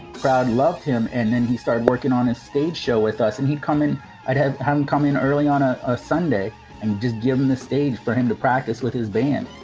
crowd loved him. and then he started working on his stage show with us. and he'd come in i'd have come in early on ah ah sunday and just given this age for him to practice with his band.